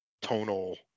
tonal